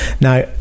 now